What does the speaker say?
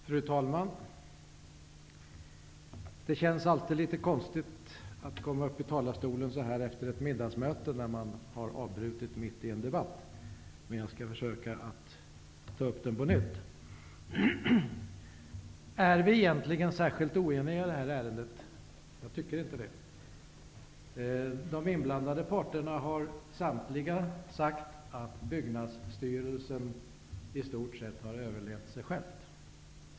Fru talman! Det känns alltid litet konstigt att gå upp i talarstolen efter ett middagsuppehåll om vi avbrutit mitt i en debatt, men jag skall försöka att ta upp debatten på nytt. Är vi egentligen särskilt oeniga i detta ärende? Det tycker jag inte. De inblandade parterna har samtliga sagt att Byggnadsstyrelsen i stort sett har överlevt sig själv.